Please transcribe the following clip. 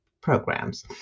programs